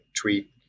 tweet